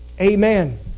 Amen